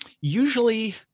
Usually